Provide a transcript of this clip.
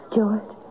George